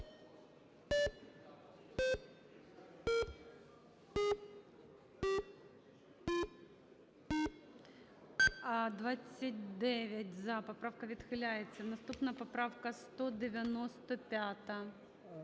За-29 Поправка відхиляється. Наступна поправка 195.